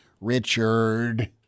Richard